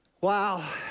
Wow